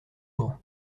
grand